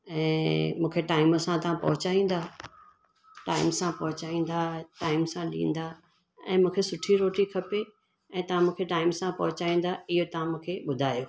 ऐं मूंखे टाइम सां तव्हां पहुचाईंदा टाइम सां पहुंचाईंदा टाइम सां ॾींदा ऐं मूंखे सुठी रोटी खपे ऐं तव्हां मूंखे टाइम सां पहुचाईंदा इहो तव्हां मूंखे ॿुधायो